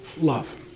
love